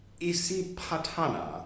Isipatana